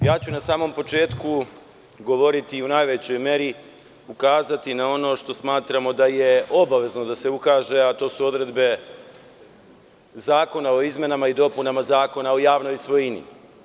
Na samom početku ću govoriti u najvećoj meri i ukazati na ono što smatramo da je obavezno da se ukaže, a to su odredbe Zakona o izmenama i dopunama Zakona o javnoj svojini.